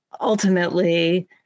ultimately